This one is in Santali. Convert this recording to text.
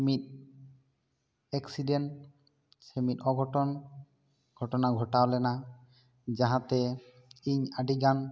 ᱢᱤᱫ ᱮᱠᱥᱤᱰᱮᱱᱴ ᱥᱮ ᱢᱤᱫ ᱚᱜᱷᱚᱴᱚᱱ ᱜᱷᱚᱴᱚᱱᱟ ᱜᱷᱚᱴᱟᱣ ᱞᱮᱱᱟ ᱡᱟᱦᱟᱸ ᱛᱮ ᱤᱧ ᱟᱹᱰᱤᱜᱟᱱ